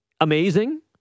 amazing